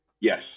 Yes